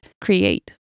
create